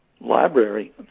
library